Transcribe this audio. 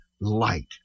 light